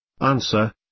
Answer